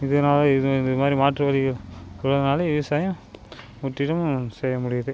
இதனால் இது இது மாதிரி மாற்று வழிகள் இருக்கிறதுனால விவசாயம் முற்றிலும் செய்ய முடியுது